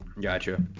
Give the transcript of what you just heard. gotcha